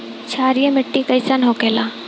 क्षारीय मिट्टी कइसन होखेला?